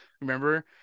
Remember